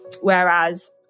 whereas